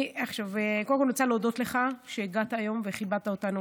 אני רוצה להודות לך שהגעת היום וכיבדת אותנו